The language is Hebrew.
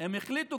הם החליטו,